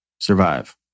survive